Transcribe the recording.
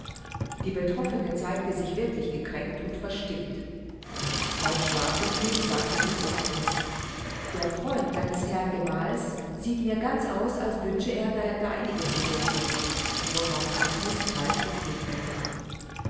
die betroffene zeigte sich wirklich gekränkt und verstimmt beim schlafengehen sagte sie zu agnes der freund deines herrn gemals sieht mir ganz aus als wünschte er der deinige zu werden worauf agnes kalt entgegnete